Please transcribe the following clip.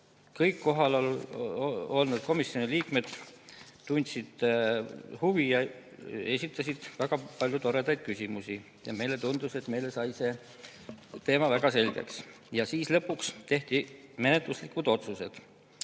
kõik kohal olnud komisjoni liikmed tundsid huvi ja esitasid väga palju toredaid küsimusi. Ja meile tundus, et meile sai see teema väga selgeks. Lõpuks tehti menetluslikud otsused.